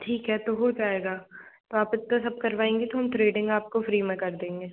ठीक है तो हो जाएगा तो आप इतना सब करवाएंगे तो हम थ्रिडिंग आपको फ्री में कर देंगे